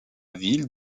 ville